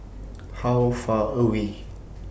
How Far away